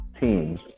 teams